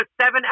seven